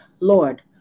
Lord